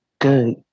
Good